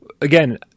Again